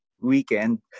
weekend